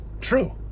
true